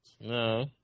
No